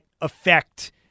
effect